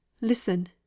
listen